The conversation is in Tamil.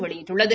வெளியிட்டுள்ளது